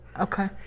Okay